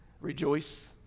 Rejoice